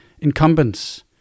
incumbents